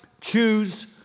choose